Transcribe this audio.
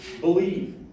believe